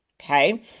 okay